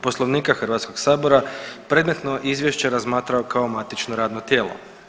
Poslovnika Hrvatskog sabora predmetno izvješće razmatrao kao matično radno tijelo.